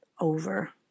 over